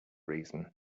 reason